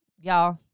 Y'all